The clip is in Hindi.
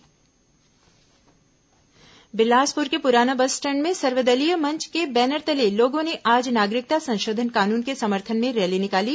नागरिकता संशोधन कानून बिलासपुर के पुराना बस स्टैंड में सर्वदलीय मंच के बैनर तले लोगों ने आज नागरिकता संशोधन कानून के समर्थन में रैली निकाली